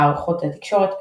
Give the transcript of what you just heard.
מערכות התקשורת,